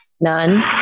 none